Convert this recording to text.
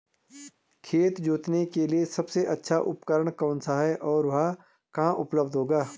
खेत जोतने के लिए सबसे अच्छा उपकरण कौन सा है और वह कहाँ उपलब्ध होगा?